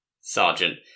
Sergeant